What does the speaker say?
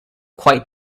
quite